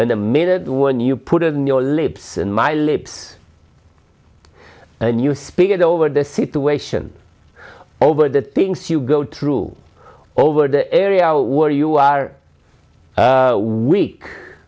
minute when you put it in your lips and my lips and you speak it over the situation over the things you go through over the area where you are